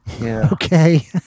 Okay